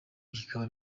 bikaba